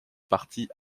partie